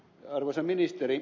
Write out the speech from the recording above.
arvoisa ministeri